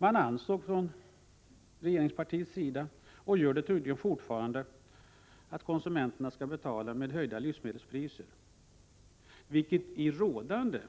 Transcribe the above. Man ansåg från regeringspartiets sida — och gör det tydligen fortfarande — att konsumenterna skall betala med höjda livsmedelspriser, vilket i rådande